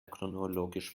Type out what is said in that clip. chronologisch